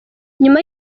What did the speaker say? nyuma